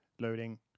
Loading